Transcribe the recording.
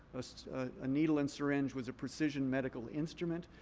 a needle and syringe was a precision medical instrument.